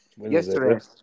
yesterday